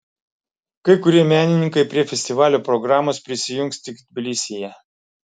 kai kurie menininkai prie festivalio programos prisijungs tik tbilisyje